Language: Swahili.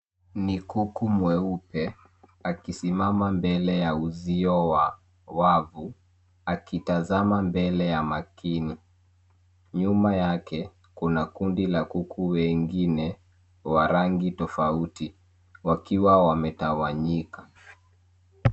Ni kuku mweupe akisimama mbele ya uzio wa wavu akitazama mbele ya makini. Nyuma yake kuna kundi la kuku wengine wa rangi tofauti wakiwa wametawanyika.